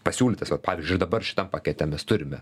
pasiūlytas vat pavyzdžiui ir dabar šitam pakete mes turime